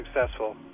successful